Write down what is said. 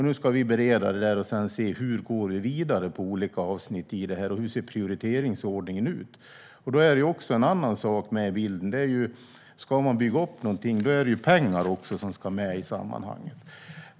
Nu ska vi bereda den för att se hur man ska gå vidare med olika avsnitt och hur prioriteringsordningen ska se ut. Det är också en annan sak med i bilden, och det är ju att om man ska bygga upp någonting krävs det också pengar.